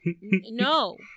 No